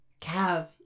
Cav